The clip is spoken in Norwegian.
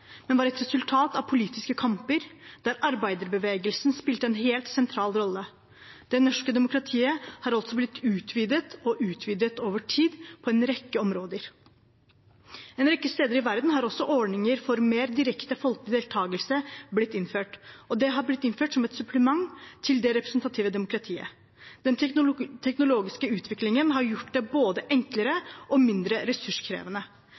men var et resultat av politiske kamper, der arbeiderbevegelsen spilte en helt sentral rolle. Det norske demokratiet er altså blitt utvidet over tid på en rekke områder. En rekke steder i verden er også ordninger for mer direkte folkelig deltagelse blitt innført, og det er blitt innført som et supplement til det representative demokratiet. Den teknologiske utviklingen har gjort det både enklere og mindre ressurskrevende.